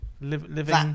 living